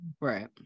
right